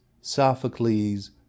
Sophocles